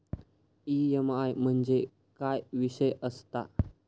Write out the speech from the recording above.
EMI म्हणजे काय विषय आसता?